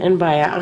אין בעיה,